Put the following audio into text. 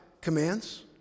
commands